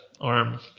arm